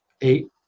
eight